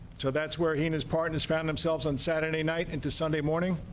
so that's where he and his partners found themselves on saturday night into sunday morning.